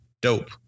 dope